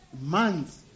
months